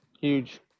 Huge